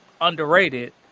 underrated